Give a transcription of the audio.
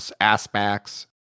aspects